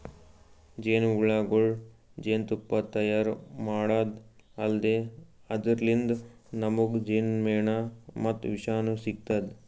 ಜೇನಹುಳಗೊಳ್ ಜೇನ್ತುಪ್ಪಾ ತೈಯಾರ್ ಮಾಡದ್ದ್ ಅಲ್ದೆ ಅದರ್ಲಿನ್ತ್ ನಮ್ಗ್ ಜೇನ್ಮೆಣ ಮತ್ತ್ ವಿಷನೂ ಸಿಗ್ತದ್